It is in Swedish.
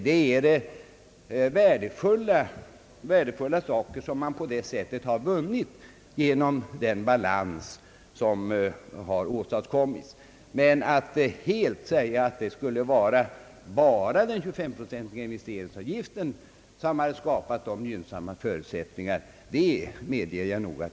Det är alltså värdefulla resultat, som vunnits genom den balans som har åstadkommits. Att detta helt skulle vara den 23-procentiga investeringsavgiftens förtjänst är väl för mycket sagt, det medger jag.